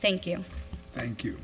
thank you thank you